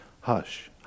hush